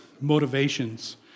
motivations